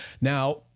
now